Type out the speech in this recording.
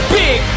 big